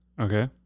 Okay